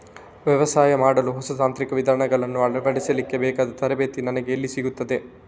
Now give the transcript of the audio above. ವ್ಯವಸಾಯ ಮಾಡಲು ಹೊಸ ತಾಂತ್ರಿಕ ವಿಧಾನಗಳನ್ನು ಅಳವಡಿಸಲಿಕ್ಕೆ ಬೇಕಾದ ತರಬೇತಿ ನನಗೆ ಎಲ್ಲಿ ಸಿಗುತ್ತದೆ?